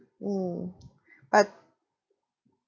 mm but